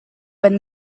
when